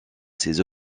ses